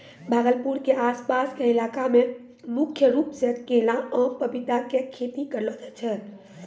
भागलपुर के आस पास के इलाका मॅ मुख्य रूप सॅ केला, आम, पपीता के खेती करलो जाय छै